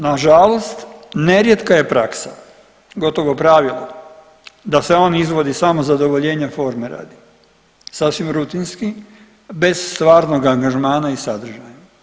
Na žalost nerijetka je praksa, gotovo pravilo da se on izvodi samo zadovoljenja forme radi sasvim rutinski bez stvarnog angažmana i sadržaja.